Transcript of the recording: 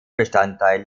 bestandteil